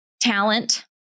talent